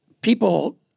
people